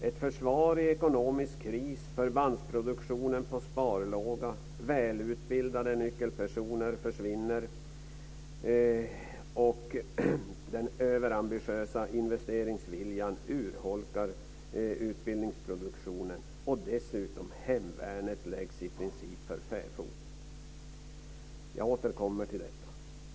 Ett försvar i ekonomisk kris, förbandsproduktionen på sparlåga, välutbildade nyckelpersoner som försvinner och den överambitiösa investeringsviljan urholkar utbildningsproduktionen. Dessutom läggs hemvärnet i princip för fäfot. Jag återkommer till detta.